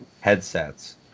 headsets